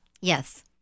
Yes